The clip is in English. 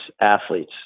athletes